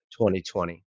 2020